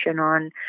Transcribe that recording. on